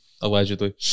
allegedly